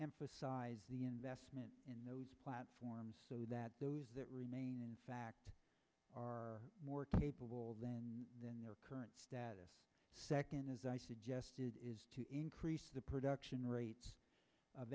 emphasize the investment in those platforms so that those that remain in fact are more capable than their current status second as i suggested is to increase the production rate of